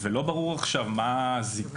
ולא ברור עכשיו מה הזיקה,